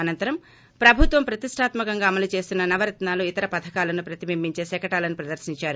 అనంతరం ప్రభుత్వం ప్రతిష్టాత్మకంగా అమలు చేస్తున్న నవరత్నాలు ఇతర పథకాలను ప్రతిబింబించే శకటాలను ప్రదర్శించారు